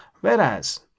Whereas